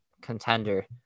contender